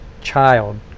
child